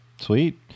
Sweet